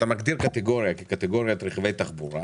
אתה מגדיר קטגוריה כרכבי תחבורה